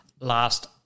last